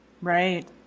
Right